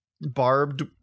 barbed